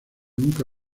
nunca